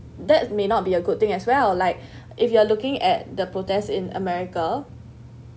that may not be a good thing as well like if you are looking at the protest in america